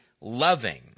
loving